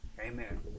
amen